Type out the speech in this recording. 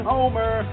Homer